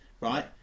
right